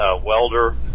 welder